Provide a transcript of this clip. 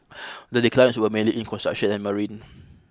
the declines were mainly in construction and marine